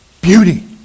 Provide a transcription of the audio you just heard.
beauty